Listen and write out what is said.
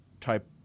type